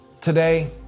Today